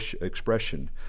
expression